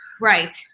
Right